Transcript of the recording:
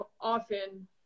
often